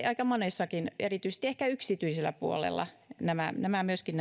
aika monessakin tapauksessa erityisesti ehkä yksityisellä puolella on myöskin